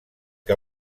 que